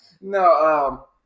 No